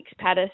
Pattis